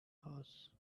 horse